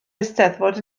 eisteddfod